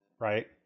right